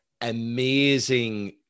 amazing